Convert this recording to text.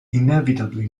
inevitably